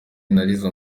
narize